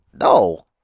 No